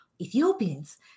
Ethiopians